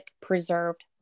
preserved